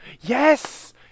Yes